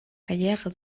karriere